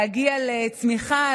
להגיע לצמיחה,